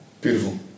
beautiful